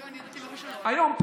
היום,